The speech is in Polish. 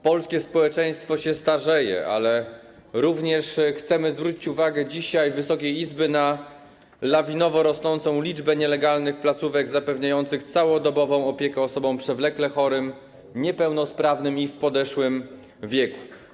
Polskie społeczeństwo się starzeje, ale również chcemy dzisiaj zwrócić uwagę Wysokiej Izby na lawinowo rosnącą liczbę nielegalnych placówek zapewniających całodobową opiekę osobom przewlekle chorym, niepełnosprawnym i w podeszłym wieku.